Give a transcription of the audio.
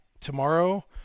tomorrow